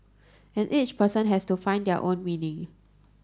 and each person has to find their own meaning